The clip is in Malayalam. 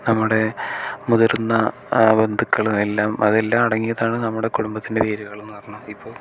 നമ്മടെ മുതിർന്ന ബന്ധുക്കൾ എല്ലാം അതെല്ലാം അടങ്ങിയതാണ് നമ്മുടെ കുടുംബത്തിൻ്റെ വേരുകൾ എന്ന് പറഞ്ഞാൽ ഇപ്പോൾ